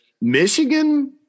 Michigan